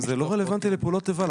זה לא רלוונטי לפעולות איבה,